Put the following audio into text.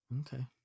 Okay